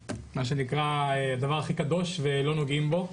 שנקרא הדבר הכי קדוש ולא נוגעים בהם,